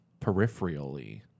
Peripherally